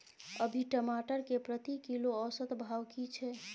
अभी टमाटर के प्रति किलो औसत भाव की छै?